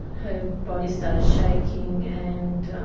her body started shaking and.